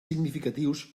significatius